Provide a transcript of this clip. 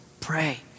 Pray